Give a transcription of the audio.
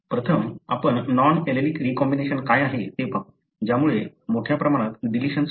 प्रथम आपण non allelic recombination काय आहे ते पाहू ज्यामुळे मोठ्या प्रमाणात डिलिशन्स होतात